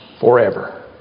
forever